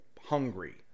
hungry